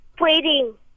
Waiting